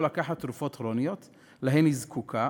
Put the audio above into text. לקחת תרופות כרוניות שלהן היא זקוקה,